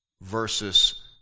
versus